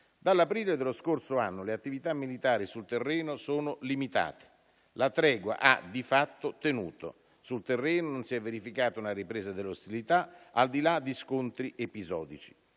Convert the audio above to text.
Dall'aprile dello scorso anno le attività militari sul terreno sono limitate; la tregua ha di fatto tenuto. Sul terreno non si è verificata una ripresa delle ostilità, al di là di scontri episodici.